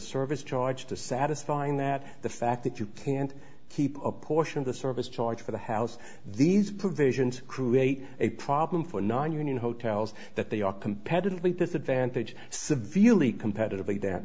service charge to satisfy him that the fact that you can't keep a portion of the service charge for the house these provisions create a problem for nonunion hotels that they are competitively disadvantage severely competitively that